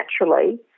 naturally